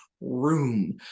room